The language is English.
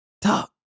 Talk